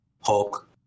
Hulk